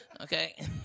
okay